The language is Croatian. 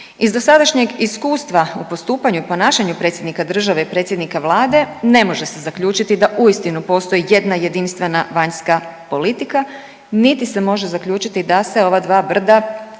Iz dosadašnjeg iskustva u postupanju i ponašanju predsjednika države i predsjednika vlade ne može se zaključiti da uistinu postoji jedna jedinstvena vanjska politika, niti se može zaključiti da se ova dva brda